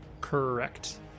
Correct